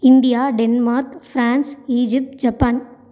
India Denmark France Egypt Japan